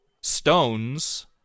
stones